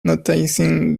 noticing